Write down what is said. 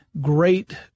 great